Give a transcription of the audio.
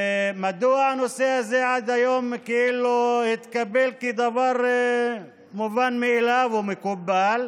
ומדוע הנושא הזה עד היום התקבל כדבר מובן מאליו ומקובל,